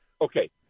Okay